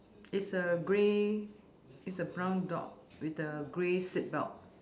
it's a grey it's a brown dog with a grey seatbelt